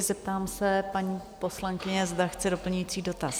Zeptám se paní poslankyně, zda chce doplňující dotaz?